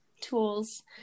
tools